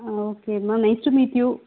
ah okay ma'am nice to meet you